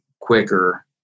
quicker